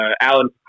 Alan